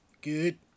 Good